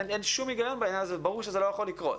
אין שום היגיון בעניין הזה וברור שזה לא יכול לקרות.